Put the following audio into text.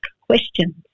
questions